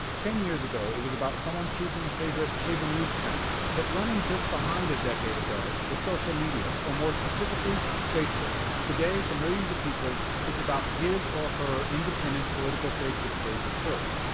ten years ago it was about someone choosing a favorite cable news channel. but running just behind a decade ago was social media, or more specifically, facebook. today to millions of people it's about his or her independent political facebook page of choice.